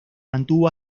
mantuvo